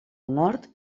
nord